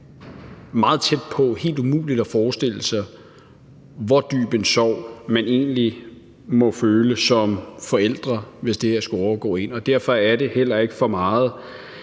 meget tæt på helt umuligt at forestille sig, hvor dyb en sorg man egentlig må føle som forældre, hvis det her skulle overgå en. Derfor er det heller ikke for meget,